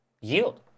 yield